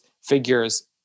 figures